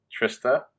Trista